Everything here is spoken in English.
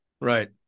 Right